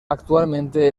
actualmente